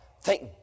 thank